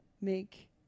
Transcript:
make